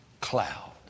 cloud